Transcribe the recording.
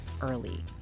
early